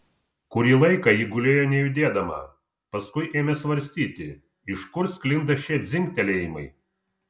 kurį laiką ji gulėjo nejudėdama paskui ėmė svarstyti iš kur sklinda šie dzingtelėjimai